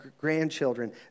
grandchildren